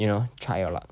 you know try your luck